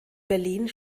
berlin